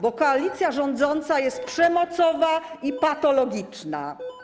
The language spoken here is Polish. Bo koalicja rządząca jest przemocowa i patologiczna.